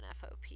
FOP